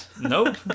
Nope